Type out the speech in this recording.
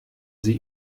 sie